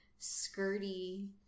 skirty